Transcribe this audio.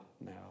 now